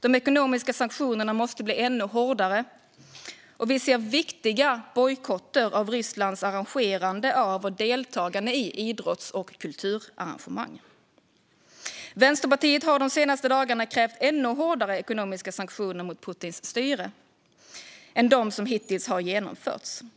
De ekonomiska sanktionerna måste bli ännu hårdare, och vi ser viktiga bojkotter av Rysslands arrangerande av och deltagande i idrotts och kulturarrangemang. Vänsterpartiet har de senaste dagarna krävt ännu hårdare ekonomiska sanktioner mot Putins styre än de som hittills har genomförts.